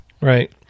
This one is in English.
Right